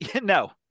No